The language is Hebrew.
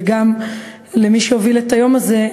וגם למי שהוביל את היום הזה,